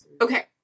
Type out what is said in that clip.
okay